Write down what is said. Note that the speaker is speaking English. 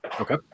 Okay